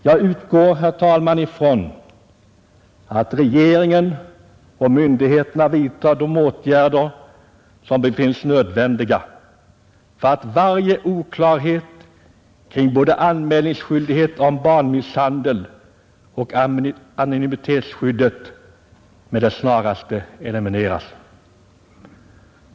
Jag utgår, herr talman, från att regeringen och myndigheterna vidtar de åtgärder som befinns nödvändiga för att varje oklarhet kring både anmälningsskyldigheten om barnmisshandel och anonymitetsskyddet med det snaraste elimineras.